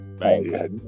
right